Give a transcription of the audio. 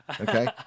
okay